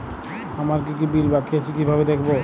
আমার কি কি বিল বাকী আছে কিভাবে দেখবো?